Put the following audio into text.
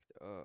up